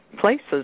places